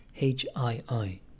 HII